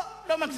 לא, לא מגזים,